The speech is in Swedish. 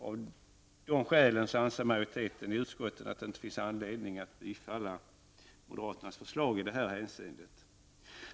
Av dessa skäl anser majoriteten i utskottet att det inte finns anledning att bifalla moderaternas förslag i detta hänseende.